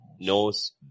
knows